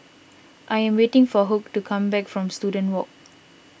I am waiting for Hugh to come back from Student Walk